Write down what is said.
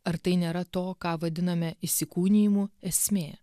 ar tai nėra to ką vadiname įsikūnijimu esmė